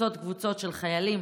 קבוצות-קבוצות של חיילים